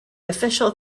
official